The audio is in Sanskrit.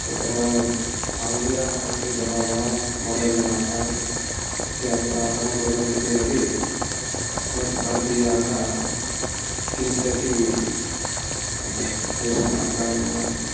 तत्र आङ्ग्लियाः अपि बहवः मोघलजनाः इत्यादि आक्रमं कुर्वन्ति चेदपि अस्मत् भारतीयाः किञ्चिदपि तेषाम् आक्रमणेन